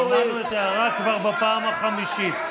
חברי הכנסת, שמענו את ההערה כבר בפעם החמישית.